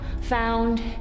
found